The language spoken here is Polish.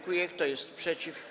Kto jest przeciw?